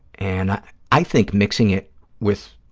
and i think mixing it with,